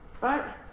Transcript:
Right